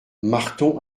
marton